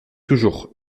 toujours